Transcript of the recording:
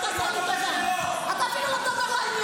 נו, תעשה לי טובה.